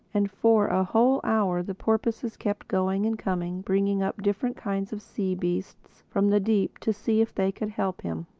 and for a whole hour the porpoises kept going and coming, bringing up different kinds of sea-beasts from the deep to see if they could help him.